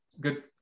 Good